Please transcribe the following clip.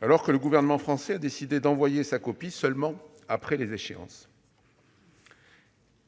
alors que le gouvernement français a décidé d'envoyer sa copie seulement après les échéances ...